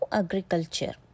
agriculture